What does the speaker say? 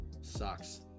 sucks